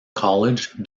college